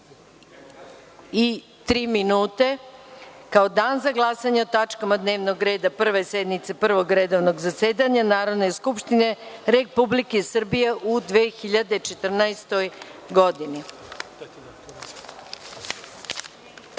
18.03 časova, kao Dan za glasanje o tačkama dnevnog reda Prve sednice Prvog redovnog zasedanja Narodne skupštine Republike Srbije u 2014.